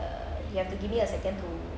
uh you have to give me a second to